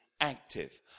active